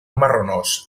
marronós